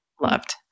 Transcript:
loved